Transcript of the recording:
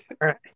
right